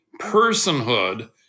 Personhood